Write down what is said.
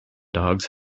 dogs